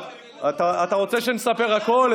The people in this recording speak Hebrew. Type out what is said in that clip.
אתה רוצה שנספר הכול?